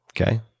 okay